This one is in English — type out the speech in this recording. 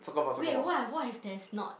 wait what if what if there's not